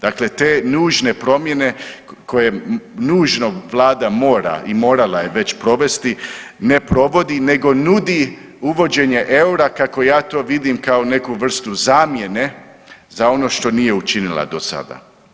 Dakle, te nužne promjene koje nužno Vlada mora i morala je već provesti ne provodi, nego nudi uvođenje eura kako ja to vidim kao neku vrstu zamjene za ono što nije učinila do sada.